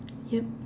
yup